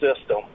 system